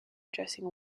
addressing